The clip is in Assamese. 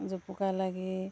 জুপুকা লাগি